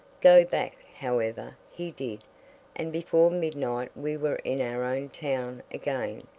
go back, however, he did and before midnight we were in our own town again,